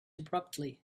abruptly